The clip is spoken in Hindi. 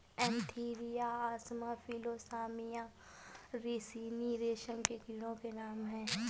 एन्थीरिया असामा फिलोसामिया रिसिनी रेशम के कीटो के नाम हैं